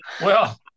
Well-